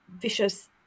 vicious